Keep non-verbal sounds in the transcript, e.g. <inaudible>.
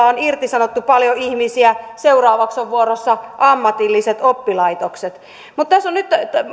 <unintelligible> on irtisanottu paljon ihmisiä seuraavaksi ovat vuorossa ammatilliset oppilaitokset mutta tässä on nyt